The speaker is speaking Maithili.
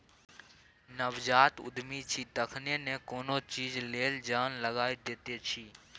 नवजात उद्यमी छी तखने न कोनो चीज लेल जान लगा दैत छी